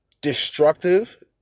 destructive